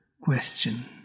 Question